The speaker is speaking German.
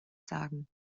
sagen